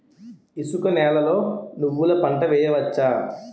ఇసుక నేలలో నువ్వుల పంట వేయవచ్చా?